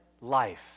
life